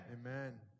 amen